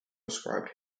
described